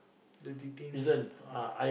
the detainee centre